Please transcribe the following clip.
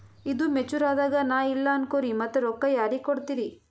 ಈದು ಮೆಚುರ್ ಅದಾಗ ನಾ ಇಲ್ಲ ಅನಕೊರಿ ಮತ್ತ ರೊಕ್ಕ ಯಾರಿಗ ಕೊಡತಿರಿ?